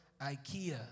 Ikea